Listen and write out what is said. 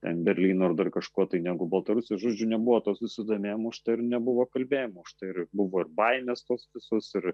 ten berlynu ir dar kažkuo tai negu baltarusija žodžiu nebuvo to susidomėjo už tai ir nebuvo kalbėjimo už tai ir buvo ir baimės tos visos ir